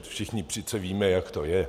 Všichni přece víme, jak to je.